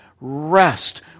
rest